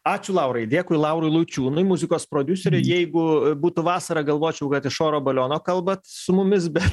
ačiū laurai dėkui laurui lučiūnui muzikos prodiuseriui jeigu būtų vasara galvočiau kad iš oro baliono kalbat su mumis bet